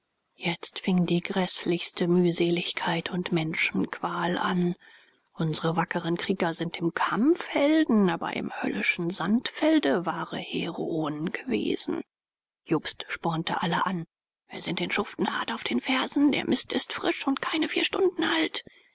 jetzt fing die gräßlichste mühseligkeit und menschenqual an unsre wackeren krieger sind im kampf helden aber im höllischen sandfelde wahre heroen gewesen jobst spornte alle an wir sind den schuften hart auf den fersen der mist ist frisch und keine vier stunden alt